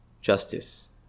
justice